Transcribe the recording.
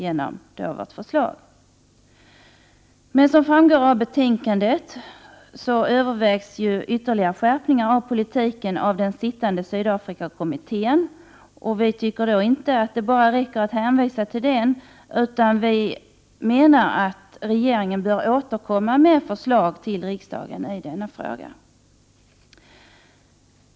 Som framgår av betänkandet överväger den sittande Sydafrikakommittén ytterligare skärpningar av politiken. Vi anser emellertid inte att det räcker att bara hänvisa till Sydafrikakommittén, utan vi menar att regeringen bör återkomma med förslag till riksdagen i denna fråga.